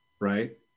right